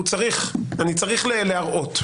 אני צריך להראות,